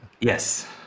Yes